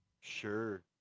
sure